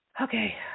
Okay